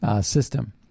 system